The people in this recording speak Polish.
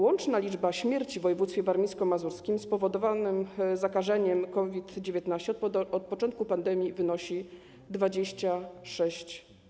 Łączna liczba przypadków śmierci w województwie warmińsko-mazurskim spowodowanej zakażeniem COVID-19 od początku pandemii wynosi 26.